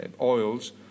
oils